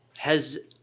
has,